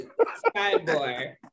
Skyboy